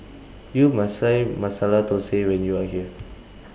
YOU must Try Masala Dosa when YOU Are here